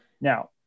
Now